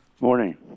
Morning